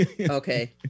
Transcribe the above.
Okay